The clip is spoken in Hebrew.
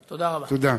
תודה.